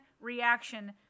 reaction